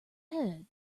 head